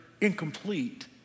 incomplete